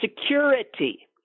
security